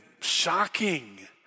shocking